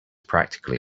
practically